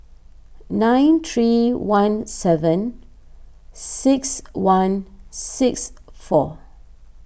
nine three one seven six one six four